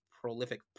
prolific